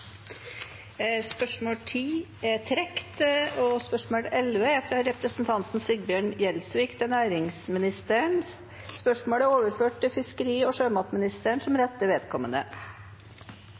fra representanten Sigbjørn Gjelsvik til næringsministeren, er overført til fiskeri- og sjømatministeren som rette vedkommende.